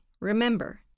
remember